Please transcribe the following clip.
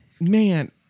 man